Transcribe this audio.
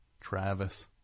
Travis